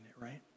right